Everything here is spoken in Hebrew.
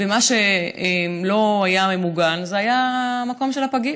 ומה שלא היה ממוגן היה המקום של הפגים,